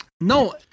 No